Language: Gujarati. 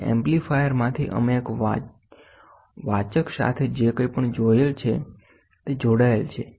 અને એમ્પ્લીફાયરમાંથી અમે એક વાચક સાથે જે કંઈપણ જોડાયેલ છે તે જોડાયેલ છે